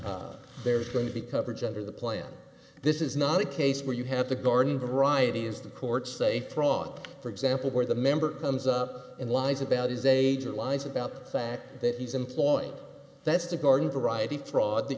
there's going to be coverage under the plan this is not a case where you have the garden variety is the courts say fraud for example where the member comes up and lies about his age or lies about the fact that he's employed that's the garden variety fraud that